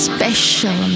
Special